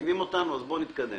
מעכבים אותנו, אז בואו נתקדם.